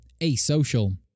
asocial